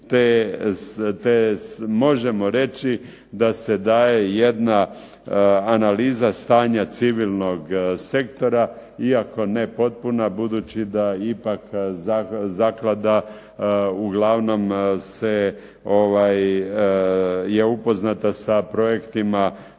te možemo reći da se daje jedna analiza stanja civilnog sektora iako ne potpuna, budući da ipak zaklada uglavnom se, je upoznata sa projektima